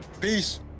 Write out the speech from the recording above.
Peace